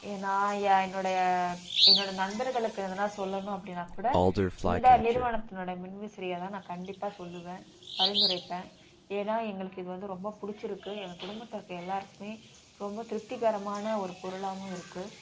எ நான் என்னுடைய என்னோடய நண்பர்களுக்கு எதனால் சொல்லணும் அப்படின்னா கூட இந்த நிறுவனத்தினோடய மின்விசிறியை தான் நான் கண்டிப்பாக சொல்லுவேன் பரிந்துரைப்பேன் ஏன்னால் எங்களுக்கு இது வந்து ரொம்ப பிடிச்சிருக்கு எங்க குடும்பத்தில் இருக்கிற எல்லோருக்குமே ரொம்ப திருப்திகாரமான ஒரு பொருளாகவும் இருக்குது